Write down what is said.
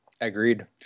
Agreed